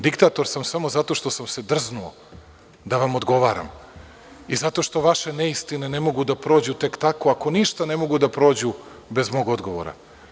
Diktator sam samo zato što sam se drznuo da vam odgovaram i zato što vaše neistine ne mogu da prođu tek tako, ako ništa, ne mogu da prođu bez mog odgovora.